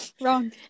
Wrong